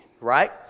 right